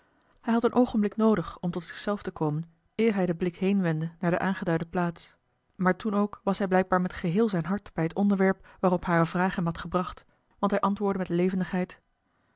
hij had een oogenblik noodig om tot zich zelf te komen eer hij den blik heenwendde naar de aangeduide plaats maar toen ook was hij blijkbaar met geheel zijn hart bij het onderwerp waarop hare vraag hem had gebracht want hij antwoordde met levendigheid